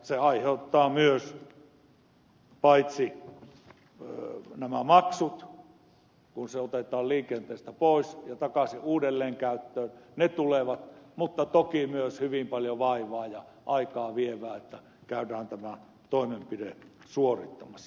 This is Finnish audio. se todella aiheuttaa myös paitsi nämä maksut kun se matkailuauto otetaan liikenteestä pois ja takaisin uudelleen käyttöön ne maksut tulevat mutta toki myös se on hyvin paljon vaivaa ja aikaa vievää että käydään tämä toimenpide suorittamassa